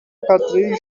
قطرهای